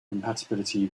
compatibility